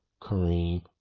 Kareem